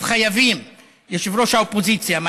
יושב-ראש האופוזיציה,